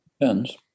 Depends